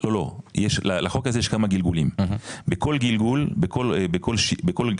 לא לא לחוק הזה יש כמה גלגולים בכל גלגול בכל פעם